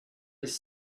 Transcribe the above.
his